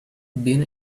been